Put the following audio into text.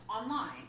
online